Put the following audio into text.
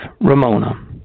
Ramona